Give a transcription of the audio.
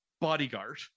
bodyguard